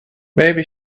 maybe